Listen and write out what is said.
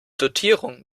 dotierung